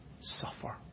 suffer